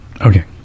Okay